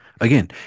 Again